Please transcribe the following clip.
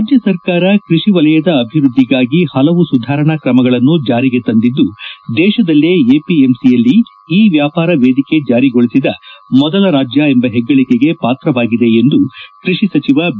ರಾಜ್ಯ ಸರ್ಕಾರ ಕೈಷಿ ವಲಯದ ಅಭಿವೃದ್ಧಿಗಾಗಿ ಹಲವು ಸುಧಾರಣಾ ಕ್ರಮಗಳನ್ನು ಜಾರಿಗೆ ತಂದಿದ್ದು ದೇಶದಲ್ಲೇ ಎಪಿಎಂಸಿಯಲ್ಲಿ ಇ ವ್ಯಾಪಾರ ವೇದಿಕೆ ಜಾರಿಗೊಳಿಸಿದ ಮೊದಲ ರಾಜ್ಯ ಎಂಬ ಹೆಗ್ಗಳಿಕೆಗೆ ಪಾತ್ರವಾಗಿದೆ ಎಂದು ಕೃಷಿ ಸಚಿವ ಬಿ